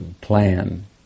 plan